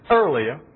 earlier